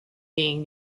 being